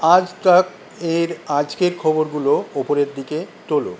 আজ তকের আজকের খবরগুলো উপরের দিকে তোল